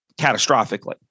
catastrophically